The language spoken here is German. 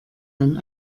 ein